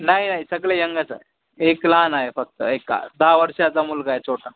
नाही नाही सगळे यंगच आहे एक लहान आहे फक्त एका दहा वर्षाचा मुलगा आहे छोटा